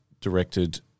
directed